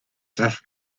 tras